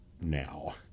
now